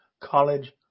College